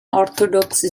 orthodox